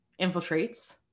infiltrates